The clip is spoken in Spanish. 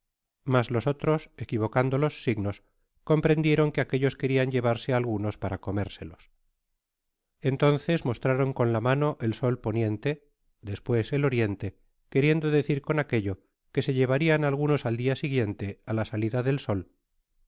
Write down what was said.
mas los otros equivocando los signos comprendieron que áquellos querian llevarse algunos para comérselos entonces mostraron con lá mario et sol poniente después el oriente queriendo decir con áqnello que se llevarian algunas al dia siguiente á la salida del sol en